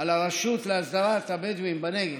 על הרשות להסדרת התיישבות הבדואים בנגב,